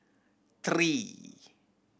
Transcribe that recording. three